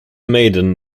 maiden